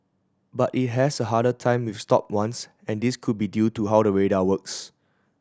but it has a harder time with stopped ones and this could be due to how the radar works